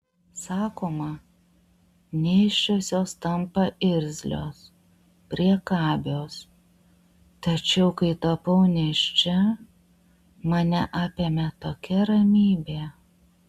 sakoma nėščiosios tampa irzlios priekabios tačiau kai tapau nėščia mane apėmė tokia ramybė